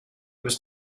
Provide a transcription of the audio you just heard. was